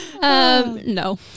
no